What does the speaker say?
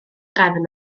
drefn